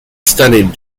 studied